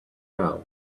round